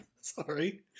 sorry